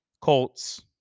Colts